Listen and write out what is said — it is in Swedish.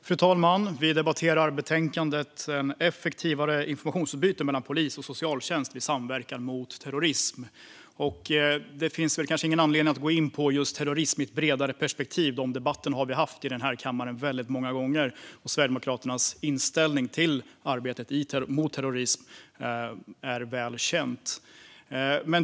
Fru talman! Vi debatterar betänkandet Ett effektivare informationsutbyte mellan polis och socialtjänst vid samverkan mot terrorism . Det finns kanske ingen anledning att gå in på terrorism i ett bredare perspektiv. De debatterna har vi haft i den här kammaren väldigt många gånger, och Sverigedemokraternas inställning till arbetet mot terrorism är väl känd.